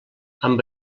amb